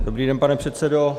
Dobrý den, pane předsedo.